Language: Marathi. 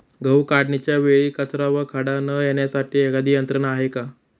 गहू काढणीच्या वेळी कचरा व खडा न येण्यासाठी एखादी यंत्रणा आहे का?